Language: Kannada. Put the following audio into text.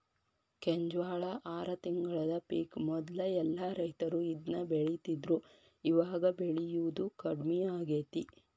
ಕೆಂಜ್ವಾಳ ಆರ ತಿಂಗಳದ ಪಿಕ್ ಮೊದ್ಲ ಎಲ್ಲಾ ರೈತರು ಇದ್ನ ಬೆಳಿತಿದ್ರು ಇವಾಗ ಬೆಳಿಯುದು ಕಡ್ಮಿ ಆಗೇತಿ